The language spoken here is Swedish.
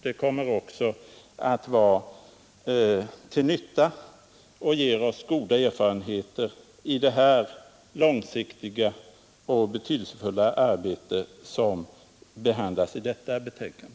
Det kommer också att vara till nytta och ge oss goda erfarenheter för det långsiktiga och betydelsefulla arbete som behandlas i detta betänkande.